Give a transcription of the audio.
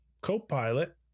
co-pilot